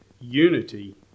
unity